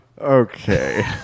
Okay